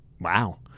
Wow